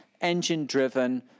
engine-driven